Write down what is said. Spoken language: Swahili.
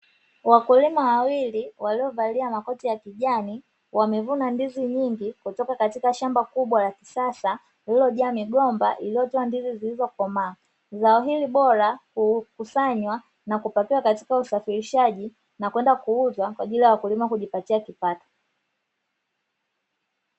Wakulima wawili waliovalia makoti ya kijani wamevuna ndizi nyingi kutoka katika shamba kubwa la kisasa, lililojaa migomba iliyoota ndizi zilizokomaa, zao hili bora hukusanywa na kupakiwa katika usafirishaji na kwenda kuuzwa kwa ajili ya wakulima kujipatia kipato.